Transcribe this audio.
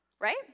right